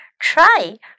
Try